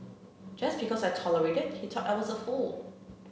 just because I tolerated he thought I was a fool